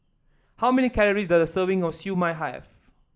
how many calories does a serving of Siew Mai have